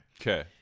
Okay